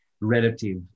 relative